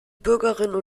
bürgerinnen